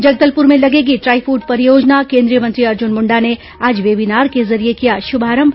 जगदलपुर में लगेगी ट्राईफूड परियोजना केंद्रीय मंत्री अर्जुन मुण्डा ने आज वेबीनार के जरिये किया शुमारंभ